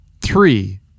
three